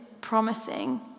promising